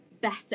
better